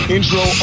Intro